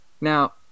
now